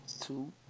Two